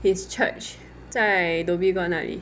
his church 在 dhoby ghaut 那里